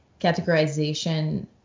categorization